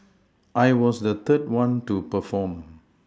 I was the third one to perform